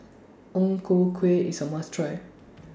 Ang Ku Kueh IS A must Try